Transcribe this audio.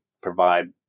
provide